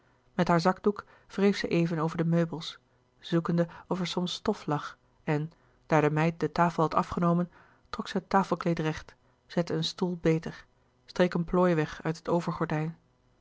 met haar zakdoek wreef zij even over de meubels zoekende of er soms stof lag en daar de meid de tafel had afgenomen trok zij het tafelkleed recht zette een stoel beter streek een plooi weg uit het overgordijn